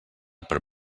per